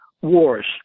wars